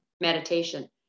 meditation